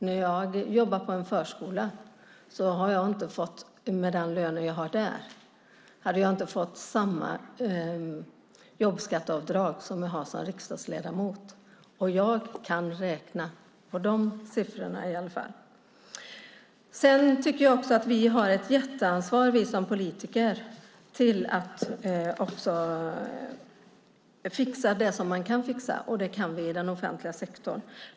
När jag jobbar på en förskola med den lön man har där får jag inte samma jobbskatteavdrag som jag har som riksdagsledamot, och jag kan i alla fall räkna på dessa siffror. Jag tycker också att vi politiker har ett jätteansvar att fixa det man kan fixa, och det kan vi i den offentliga sektorn.